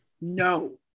No